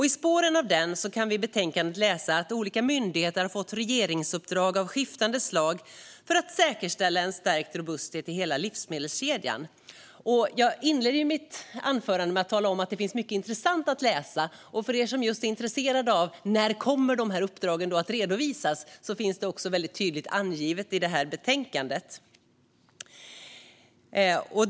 I spåren av detta kan vi i betänkandet läsa att olika myndigheter har fått regeringsuppdrag av skiftande slag för att säkerställa en stärkt robusthet i hela livsmedelskedjan. Jag nämnde inledningsvis att det finns mycket att läsa för den intresserade, och i betänkandet är det tydligt angivet när de olika uppdragen kommer att redovisas.